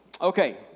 Okay